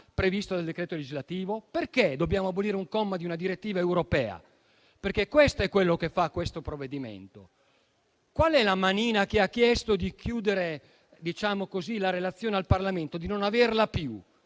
previsto dal decreto legislativo? Perché dobbiamo abolire il comma di una direttiva europea? Questo, infatti, è quanto fa questo provvedimento. Qual è la "manina" che ha chiesto di eliminare la relazione al Parlamento e perché?